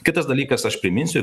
kitas dalykas aš priminsiu